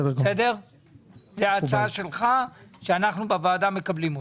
זאת הצעה שלך שאנחנו בוועדה מקבלים.